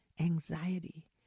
anxiety